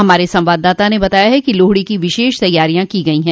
हमारे संवाददाता ने बताया है कि लोहड़ी की विशेष तैयारियां की गई हैं